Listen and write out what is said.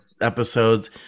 episodes